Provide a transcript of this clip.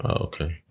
Okay